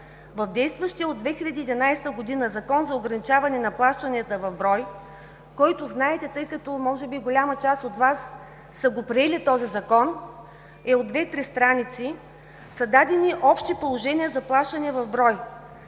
В действащия от 2011 г. Закон за ограничаване на плащанията в брой, който знаете, тъй като може би голяма част от Вас са го приели, е от 2 – 3 страници, са дадени общи положения за плащания в брой.